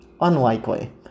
Unlikely